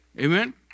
Amen